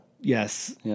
Yes